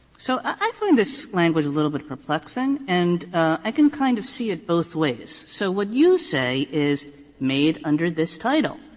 so, i find this language a little bit perplexing, and i can kind of see it both ways. so what you say is made under this title,